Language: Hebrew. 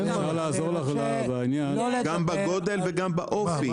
גם בגודל וגם באופי.